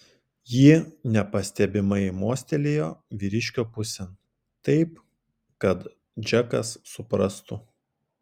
ji nepastebimai mostelėjo vyriškio pusėn taip kad džekas suprastų